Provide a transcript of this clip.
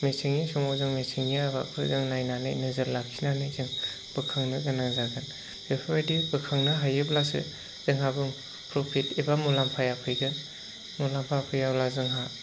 मेसेंनि समाव जों मेसेंनि आबादफोर जों नायनानै नोजोर लाखिनानै जों बोखांनो गोनां जागोन बेफोरबायदि बोखांनो हायोब्लासो जोंहा प्रफिट एबा मुलाम्फाया फैगोन मुलाम्फा फैयाब्ला जोंहा